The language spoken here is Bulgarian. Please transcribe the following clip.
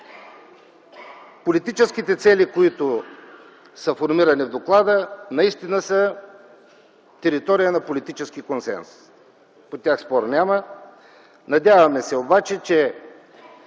Политическите цели, които са формирани в доклада, наистина са територия на политически консенсус. По тях спор няма. Надяваме се обаче, че